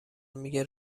میگه